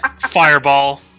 fireball